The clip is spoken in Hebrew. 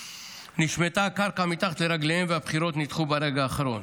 נשמטה הקרקע מתחת לרגליהם והבחירות נדחו ברגע האחרון,